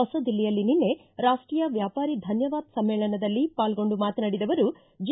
ಹೊಸ ದಿಲ್ಲಿಯಲ್ಲಿ ನಿನ್ನೆ ರಾಷ್ಟೀಯ ವ್ಯಾಪಾರಿ ಧನ್ಯವಾದ್ ಸಮ್ಮೇಳನದಲ್ಲಿ ಪಾಲ್ಗೊಂಡು ಮಾತನಾಡಿದ ಅವರು ಜಿ